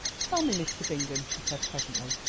tell me, mr. bingham, she said presently,